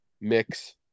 mix